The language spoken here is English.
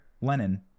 Lenin